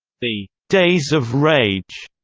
the days of rage,